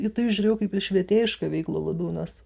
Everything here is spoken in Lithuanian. į tai žiūrėjau kaip į švietėjišką veiklą labiau nes